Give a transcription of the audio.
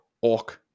orc